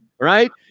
right